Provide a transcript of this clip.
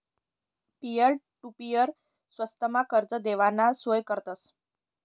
peer to peer स्वस्तमा कर्ज देवाना सोय करतस